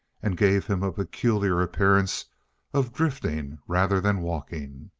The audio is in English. and gave him a peculiar appearance of drifting rather than walking.